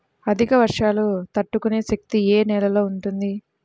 అధిక వర్షాలు తట్టుకునే శక్తి ఏ నేలలో ఉంటుంది?